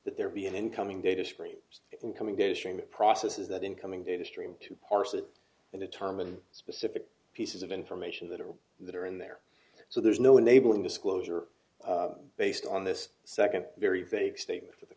that there be an incoming data streams incoming data stream that processes that incoming data stream to parse it and a term and specific pieces of information that are all that are in there so there's no enabling disclosure based on this second very vague statement for the